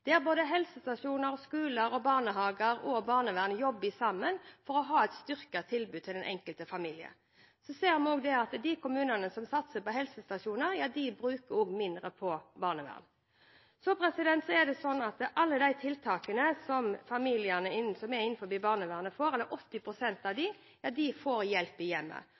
der både helsestasjoner, skoler, barnehager og barnevern jobber sammen for å ha et styrket tilbud til den enkelte familie. Vi ser også at de kommunene som satser på helsestasjoner, bruker mindre på barnevern. Så er det slik at 80 pst. av de familiene som er innenfor barnevernet, får hjelp i hjemmet.